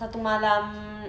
satu malam